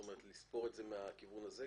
אתה יודע לספור את זה מהכיוון הזה?